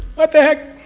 what the heck